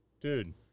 Dude